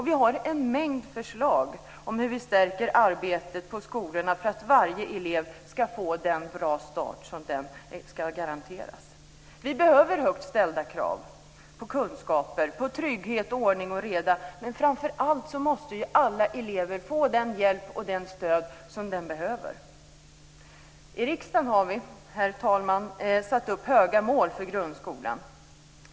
Vi har en mängd förslag om hur vi stärker arbetet på skolorna för att varje elev ska få en sådan bra start som han ska garanteras. Vi behöver högt ställda krav på kunskaper, på trygghet och ordning och reda, men framför allt måste alla elever få den hjälp och det stöd som de behöver. I riksdagen har vi, herr talman, satt upp höga mål för grundskolan.